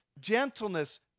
gentleness